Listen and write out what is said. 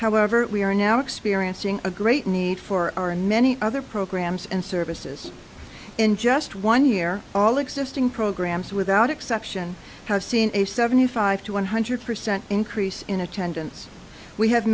however we are now experiencing a great need for our and many other programs and services in just one year all existing programs without exception has seen a seventy five to one hundred percent increase in attendance we have